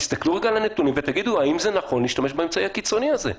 תסתכלו רגע על הנתונים ותגידו האם זה נכון להשתמש באמצעי הקיצוני הזה.